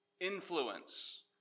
influence